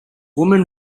women